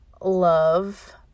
love